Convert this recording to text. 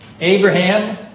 Abraham